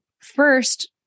first